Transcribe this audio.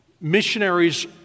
Missionaries